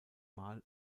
mal